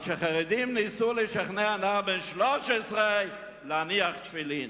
על שחרדים ניסו לשכנע נער בן 13 להניח תפילין".